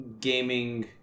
gaming